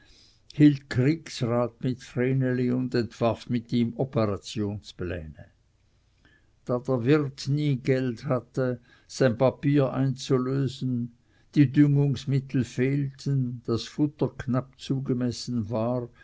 und entwarf mit ihm operationspläne da der wirt nie geld hatte sein papier einzulösen die düngungsmittel fehlten das futter knapp zugemessen war